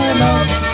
love